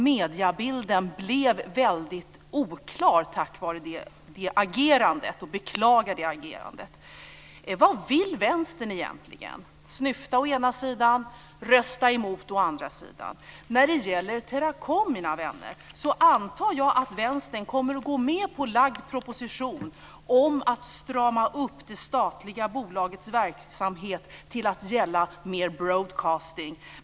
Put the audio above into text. Mediebilden blev väldigt oklar tack vare det agerandet. Jag beklagar det agerandet. Vad vill Vänstern egentligen? Å ena sidan snyftar man, å andra sidan röstar man emot. När det gäller Teracom antar jag att Vänstern kommer att gå med på förslagen i den framlagda propositionen om att strama upp det statliga bolagets verksamhet till att gälla mer broadcasting.